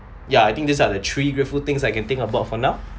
ya I think these are the three grateful things I can think about for now